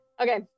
Okay